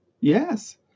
Yes